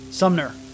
Sumner